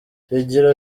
higiro